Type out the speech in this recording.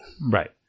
Right